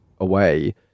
away